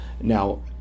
Now